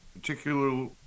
particular